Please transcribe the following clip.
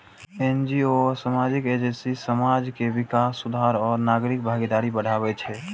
NGO आ सामाजिक agency समाज के विकास, सुधार आ नागरिक भागीदारी बढ़ाबै छै